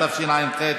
התשע"ח,